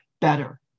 better